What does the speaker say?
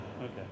Okay